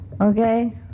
Okay